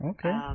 Okay